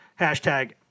Hashtag